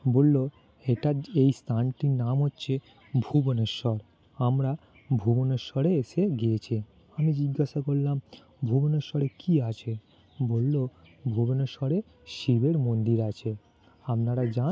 বললো এটা এই স্থানটির নাম হচ্ছে ভুবনেশ্বর আমরা ভুবনেশ্বরে এসে গিয়েছে আমি জিজ্ঞাসা করলাম ভুবনেশ্বরে কী আছে বললো ভুবনেশ্বরে শিবের মন্দির আছে আপনারা যান